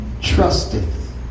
trusteth